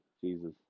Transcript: Jesus